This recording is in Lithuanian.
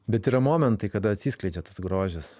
bet yra momentai kada atsiskleidžia tas grožis